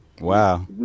Wow